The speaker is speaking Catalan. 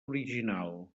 original